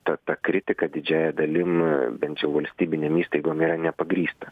ta ta kritika didžiąja dalim bent jau valstybinėm įstaigom yra nepagrįsta